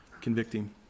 convicting